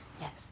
Yes